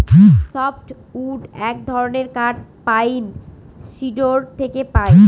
soft wood এক ধরনের কাঠ পাইন, সিডর থেকে পাই